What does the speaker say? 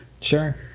Sure